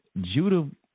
Judah